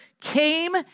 came